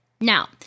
Now